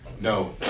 No